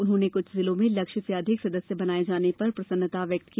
उन्होंने कुछ जिलों में लक्ष्य से अधिक सदस्य बनाये जाने पर प्रसन्नता व्यक्त की